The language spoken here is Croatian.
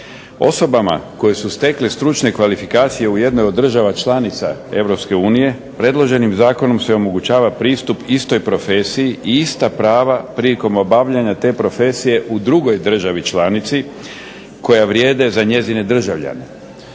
Osobama koje su stekle stručne kvalifikacije u jednoj od država članica Europske unije, predloženim zakonom se omogućava pristup istoj profesiji i ista prava prilikom obavljanja te profesije u drugoj državi članici, koja vrijede za njezine državljane.